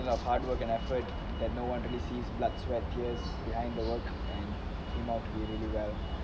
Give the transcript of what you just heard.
the hard work and effort that no one really sees blood sweat tears behind the work and it came out really well